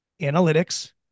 analytics